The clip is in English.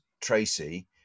Tracy